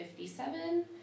57